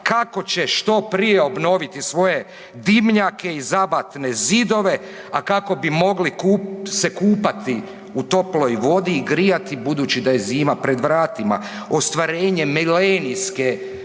kako će što prije obnoviti svoje dimnjake i zabatne zidove, a kako bi mogli kup, se kupati u toploj vodi i grijati, budući da je zima pred vratima. Ostvarenjem milenijske vizije